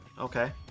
Okay